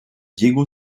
diego